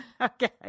Okay